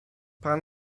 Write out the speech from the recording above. pan